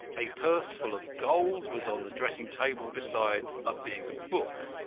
a purse full of gold was on the dressing-table beside a big book.